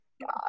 God